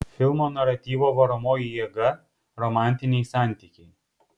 filmo naratyvo varomoji jėga romantiniai santykiai